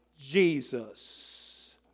Jesus